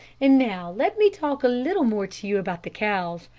and now let me talk a little more to you about the cows.